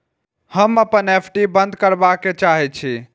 हम अपन एफ.डी बंद करबा के चाहे छी